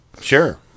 Sure